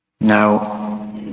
Now